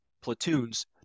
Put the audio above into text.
platoons